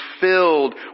filled